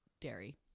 dairy